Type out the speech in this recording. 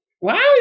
Wow